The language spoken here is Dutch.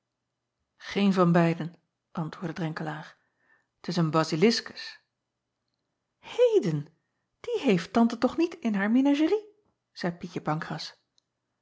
een van beiden antwoordde renkelaer t is een baziliskus eden die heeft ante toch niet in haar menagerie zeî ietje ancras